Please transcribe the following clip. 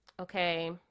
Okay